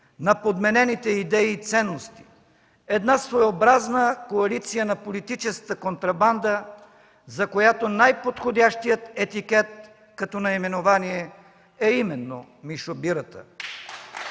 на подменените идеи и ценности, една своеобразна коалиция на политическата контрабанда, за която най-подходящият етикет като наименование е именно „Мишо Бирата”.